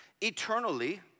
Eternally